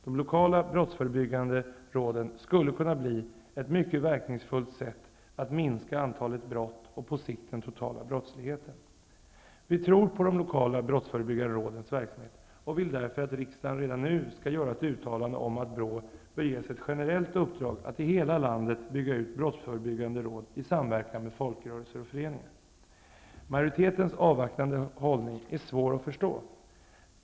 De lokala brottsförebyggande råden skulle kunna innebära ett mycket verkningsfullt sätt att minska antalet brott och på sikt minska den totala brottsligheten. Vi tror på de lokala brottsförebyggande rådens verksamhet, och vi vill därför att riksdagen redan nu skall göra ett uttalande om att BRÅ bör ges ett generellt uppdrag att i hela landet i samverkan med folkrörelser och föreningar bygga ut brottsförebyggande råd. Majoritetens avvaktande hållning är svår att förstå.